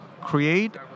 Create